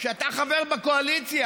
אתה חבר בקואליציה,